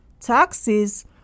taxes